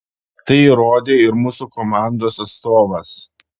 tai įrodė ir mūsų komandos atstovas